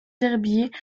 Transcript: herbiers